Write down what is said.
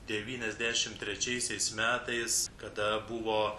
devyniasdešim trečiaisiais metais kada buvo